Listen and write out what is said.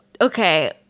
Okay